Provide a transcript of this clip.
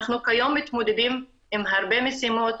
אנחנו כיום מתמודדים עם הרבה משימות,